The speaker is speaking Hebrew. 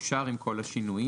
אושר עם כל השינויים.